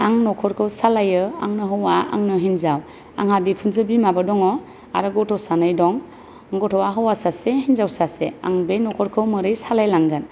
आं नखरखौ सालायो आंनो हौवा आंनो हिनजाव आंहा बिखुमजो बिमाबो दङ आरो गथ' सानै दं गथ'आ हौवासा सासे आरो हिनजावसा सासे आं बे नख'रखो माबोरै सालायलांगोन